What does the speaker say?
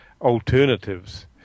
alternatives